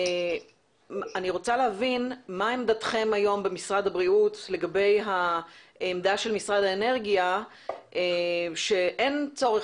מה עמדתכם היום במשרד הבריאות לגבי העמדה של משרד האנרגיה שאין צורך